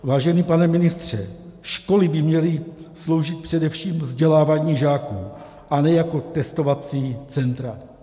Vážený pane ministře, školy by měly sloužit především vzdělávání žáků, a ne jako testovací centra.